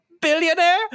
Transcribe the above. billionaire